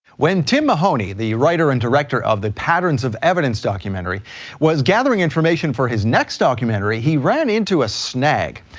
when tim mahoney, the writer and director of the patterns of evidence documentary was gathering information for his next documentary, he ran into a snag.